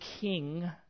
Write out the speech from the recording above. King